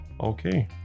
Okay